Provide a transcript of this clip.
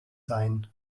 sein